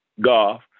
golf